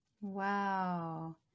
Wow